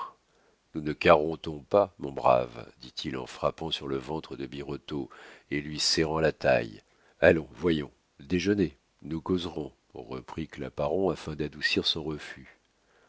nous ne carottons pas mon brave dit-il en frappant sur le ventre de birotteau et lui serrant la taille allons voyons déjeunez nous causerons reprit claparon afin d'adoucir son refus